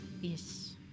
Yes